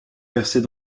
percées